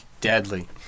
deadly